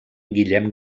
guillem